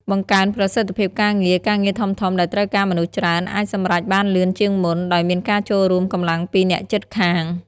បង្កើនប្រសិទ្ធភាពការងារ ការងារធំៗដែលត្រូវការមនុស្សច្រើនអាចសម្រេចបានលឿនជាងមុន ដោយមានការចូលរួមកម្លាំងពីអ្នកជិតខាង។